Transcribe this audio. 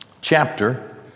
chapter